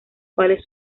cuales